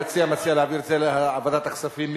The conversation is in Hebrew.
המציע מציע להעביר את זה לוועדת הכספים.